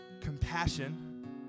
compassion